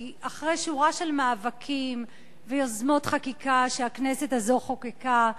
כי אחרי שורה של מאבקים ויוזמות חקיקה שהכנסת הזו חוקקה,